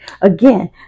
again